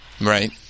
right